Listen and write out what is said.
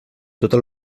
tota